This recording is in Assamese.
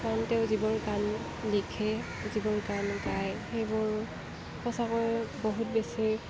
কাৰণ তেওঁ যিবোৰ গান লিখে যিবোৰ গান গাই সেইবোৰ সঁচাকৈ বহুত বেছি